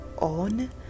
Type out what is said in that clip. on